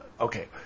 okay